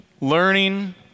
learning